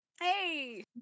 Hey